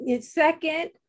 Second